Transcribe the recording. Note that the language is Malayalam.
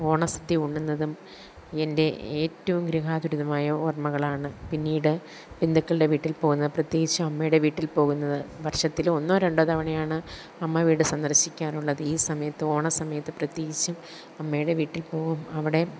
ഓണസദ്യ ഉണ്ണുന്നതും എൻ്റെ ഏറ്റവും ഗൃഹാതുരിതമായ ഓർമ്മകളാണ് പിന്നീട് ബന്ധുക്കളുടെ വീട്ടിൽ പോകുന്നത് പ്രത്യേകിച്ച് അമ്മയുടെ വീട്ടിൽ പോകുന്നത് വർഷത്തില് ഒന്നോ രണ്ടോ തവണയാണ് അമ്മവീട് സന്ദർശിക്കാറുള്ളത് ഈ സമയത്ത് ഓണ സമയത്ത് പ്രത്യേകിച്ചും അമ്മയുടെ വീട്ടിൽ പോവും അവിടെ